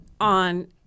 on